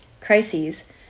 crises